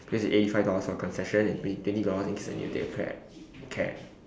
eighty five dollars for concession and twenty dollars in case I need to take a cab cab